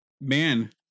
man